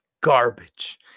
garbage